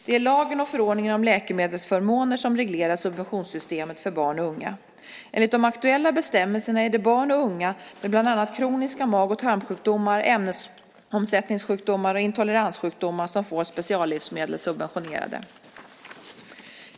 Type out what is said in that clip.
Det är lagen och förordningen om läkemedelsförmåner som reglerar subventionssystemet för barn och unga. Enligt de aktuella bestämmelserna är det barn och unga med bland annat kroniska mag och tarmsjukdomar, ämnesomsättningssjukdomar och intoleranssjukdomar som får speciallivsmedel subventionerade.